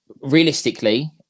realistically